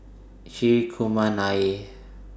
Hri Kumar Nair